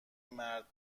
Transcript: مرد